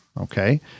okay